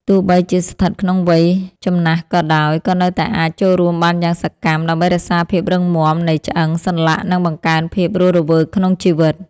ទោះបីជាស្ថិតក្នុងវ័យចំណាស់ក៏ដោយ ក៏នៅតែអាចចូលរួមបានយ៉ាងសកម្ម ដើម្បីរក្សាភាពរឹងមាំនៃឆ្អឹង សន្លាក់ និងបង្កើនភាពរស់រវើកក្នុងជីវិត។